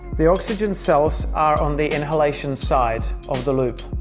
the oxygen cells are on the inhalation side of the loop